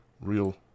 real